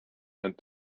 and